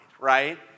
right